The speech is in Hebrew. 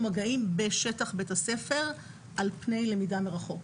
מגעים בשטח בית הספר על פני למידה מרחוק.